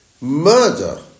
murder